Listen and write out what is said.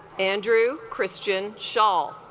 andrew christian shawl